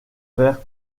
vers